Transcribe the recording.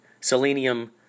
Selenium